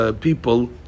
people